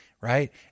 Right